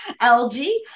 LG